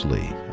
Lee